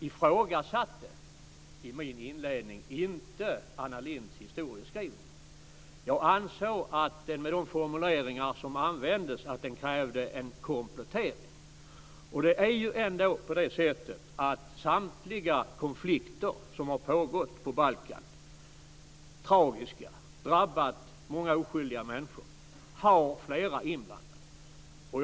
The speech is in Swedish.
I min inledning ifrågasatte jag inte Anna Lindhs historieskrivning. Jag ansåg att den, med de formuleringar som användes, krävde en komplettering. Det är ju ändå så att samtliga konflikter som pågått på Balkan - och som har varit tragiska och drabbat många oskyldiga - har haft flera inblandade.